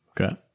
Okay